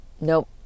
nope